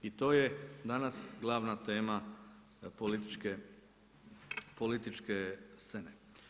I to je danas glavna tema političke scene.